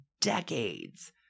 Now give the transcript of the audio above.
decades